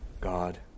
God